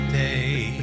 day